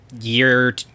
year